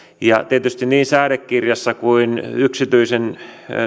ja tietysti niin säädekirjassa kuin yksityisen